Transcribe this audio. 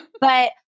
but-